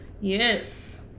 Yes